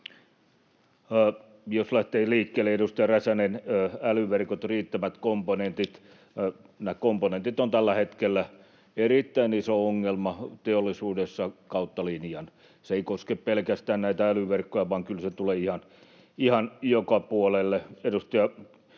Jos lähtee liikkeelle, niin edustaja Räsänen: älyverkot, riittävät komponentit. Nämä komponentit ovat tällä hetkellä erittäin iso ongelma teollisuudessa kautta linjan. Se ei koske pelkästään näitä älyverkkoja, vaan kyllä se tulee ihan joka puolelle.